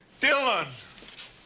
Dylan